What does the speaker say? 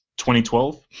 2012